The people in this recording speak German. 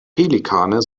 pelikane